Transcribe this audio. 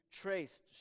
traced